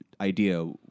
idea